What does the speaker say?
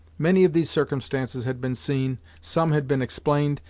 many of these circumstances had been seen, some had been explained,